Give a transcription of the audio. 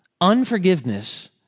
Unforgiveness